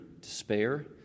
despair